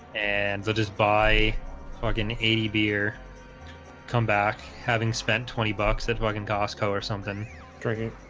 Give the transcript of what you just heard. and so just by fucking an eighty beer come back having spent twenty bucks that fucking costco or something drinking